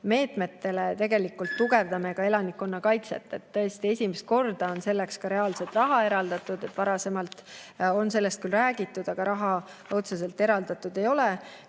meetmetele tegelikult tugevdame ka elanikkonnakaitset. Tõesti, esimest korda on selleks ka reaalset raha eraldatud. Varasemalt on sellest küll räägitud, aga raha otseselt eraldatud ei ole.